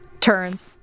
Turns